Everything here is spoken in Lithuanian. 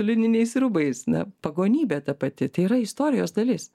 lininiais rūbais na pagonybė ta pati tai yra istorijos dalis